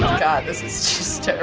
god, this is just